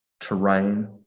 terrain